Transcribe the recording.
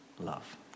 love